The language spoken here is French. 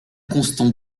constant